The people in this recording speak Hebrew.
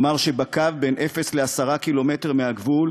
אומר שבקו שבין אפס ל-10 קילומטר מהגבול,